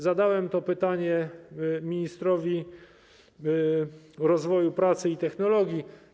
Zadałem to pytanie ministrowi rozwoju, pracy i technologii.